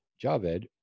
Javed